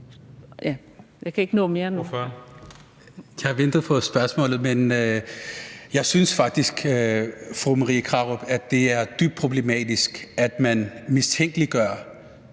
Jeg ventede på spørgsmålet, men jeg synes faktisk, fru Marie Krarup, det er dybt problematisk, at man mistænkeliggør